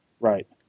Right